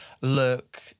look